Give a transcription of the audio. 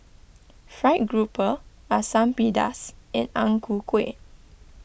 Fried Grouper Asam Pedas and Ang Ku Kueh